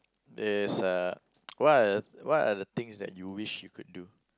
there's a what are what are the things that you wish you could do